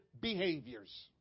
behaviors